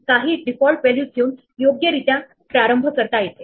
आपण हे recursive computation चा ट्रॅक ठेवण्यासाठी वापरू शकतो